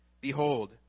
Behold